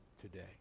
today